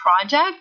project